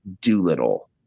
Doolittle